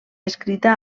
descrita